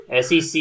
SEC